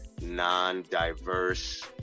non-diverse